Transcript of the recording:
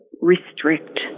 restrict